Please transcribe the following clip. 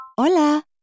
Hola